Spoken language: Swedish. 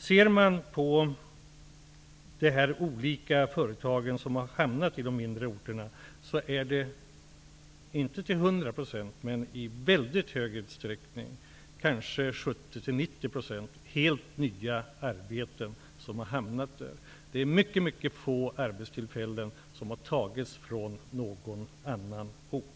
Ser man på de olika företag som hamnat i de mindre orterna är det i mycket stor utsträckning -- inte till 100 %, men kanske 70--90 %-- fråga om helt nya arbeten. Det är mycket få arbetstillfällen som har tagits från någon annan ort.